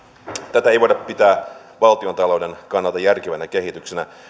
tätä ei voida pitää valtiontalouden kannalta järkevänä kehityksenä